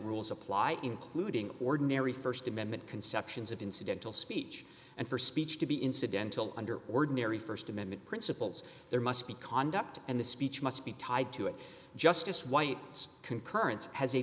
rules apply including ordinary st amendment conceptions of incidental speech and for speech to be incidental under ordinary st amendment principles there must be conduct and the speech must be tied to it justice white's concurrence has